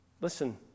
listen